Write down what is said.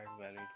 value